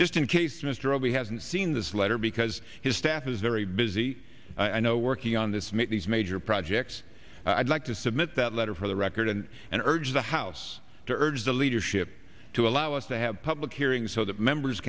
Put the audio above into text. just in case mr robey hasn't seen this letter because his staff is very busy i know working on this make these major projects i'd like to submit that letter for the record and and urge the house to urge the leadership to allow us to have public hearings so that members